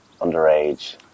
underage